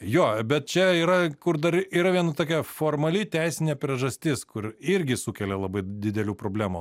jo bet čia yra kur dar yra viena tokia formali teisinė priežastis kur irgi sukelia labai didelių problemų